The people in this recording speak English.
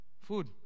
food